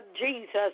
Jesus